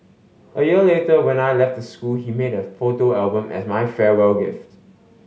a year later when I left the school he made a photo album as my farewell gift